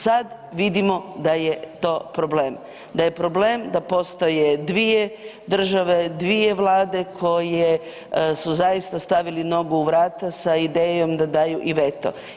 Sad vidimo da je to problem, da je problem da postoje dvije države, dvije vlade, koje su zaista stavili nogu u vrata sa idejom da daju i veto.